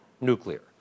nuclear